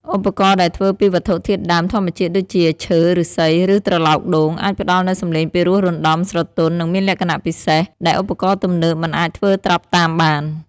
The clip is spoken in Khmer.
ឧបករណ៍ដែលធ្វើពីវត្ថុធាតុដើមធម្មជាតិដូចជា ឈើ ឫស្សី និងត្រឡោកដូង អាចផ្តល់នូវសំឡេងពីរោះរណ្ដំ ស្រទន់ និងមានលក្ខណៈពិសេស ដែលឧបករណ៍ទំនើបមិនអាចធ្វើត្រាប់តាមបាន។